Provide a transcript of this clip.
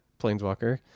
planeswalker